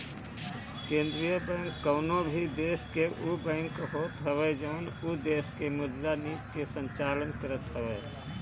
केंद्रीय बैंक कवनो भी देस के उ बैंक होत हवे जवन उ देस के मुद्रा नीति के संचालन करत हवे